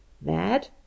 Mad